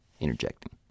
interjecting